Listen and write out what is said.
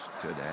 today